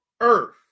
earth